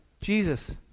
Jesus